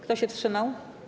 Kto się wstrzymał?